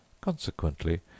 Consequently